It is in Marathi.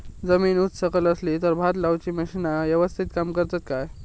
जमीन उच सकल असली तर भात लाऊची मशीना यवस्तीत काम करतत काय?